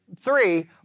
Three